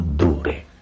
dure